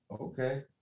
Okay